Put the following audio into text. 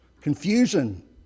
confusion